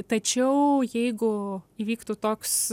tačiau jeigu įvyktų toks